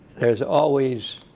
there's always